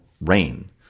rain